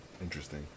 Interesting